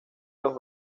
los